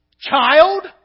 child